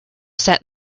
sat